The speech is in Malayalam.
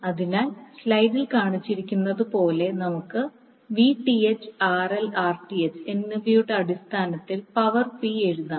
അതിനാൽ സ്ലൈഡിൽ കാണിച്ചിരിക്കുന്നതു പോലെ നമുക്ക് Vth RL Rth എന്നിവയുടെ അടിസ്ഥാനത്തിൽ പവർ P എഴുതാം